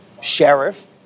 sheriff